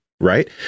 Right